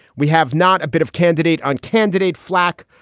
we have not a bit of candidate on candidate flack,